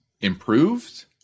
improved